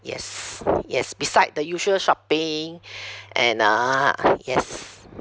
yes yes beside the usual shopping and uh yes